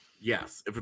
yes